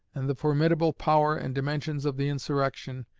and the formidable power and dimensions of the insurrection,